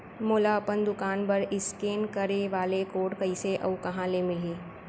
मोला अपन दुकान बर इसकेन करे वाले कोड कइसे अऊ कहाँ ले मिलही?